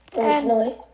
Personally